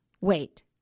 Wait